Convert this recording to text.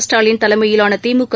Stalin தலைமையிலானதிமுக